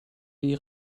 die